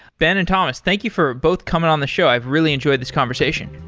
ben and thomas, thank you for both coming on the show. i've really enjoyed this conversation.